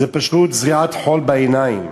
זה פשוט זריית חול בעיניים,